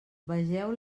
vegeu